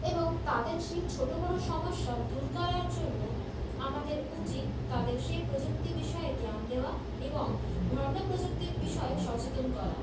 এবং তাদের সেই ছোটো বড়ো সমস্যা দূর করার জন্য আমাদের উচিত তাদের সেই প্রযুক্তি বিষয়ে জ্ঞান দেওয়া এবং ভণ্ড প্রযুক্তির বিষয়ে সচেতন করা